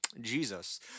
Jesus